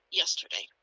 yesterday